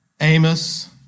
Amos